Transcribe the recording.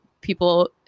people